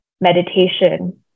meditation